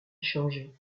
changer